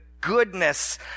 goodness